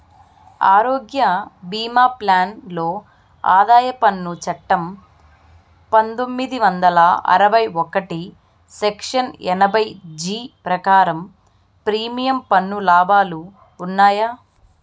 ఆరోగ్య భీమా ప్లాన్ లో ఆదాయ పన్ను చట్టం పందొమ్మిది వందల అరవై ఒకటి సెక్షన్ ఎనభై జీ ప్రకారం ప్రీమియం పన్ను లాభాలు ఉన్నాయా?